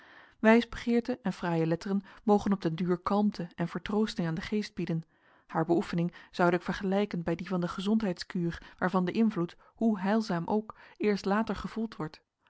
wijsbegeerte en fraaie letteren mogen op den duur kalmte en vertroosting aan den geest bieden haar beoefening zoude ik vergelijken bij die van de gezondheidskuur waarvan de invloed hoe heilzaam ook eerst later gevoeld wordt